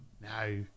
No